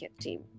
team